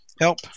help